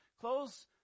close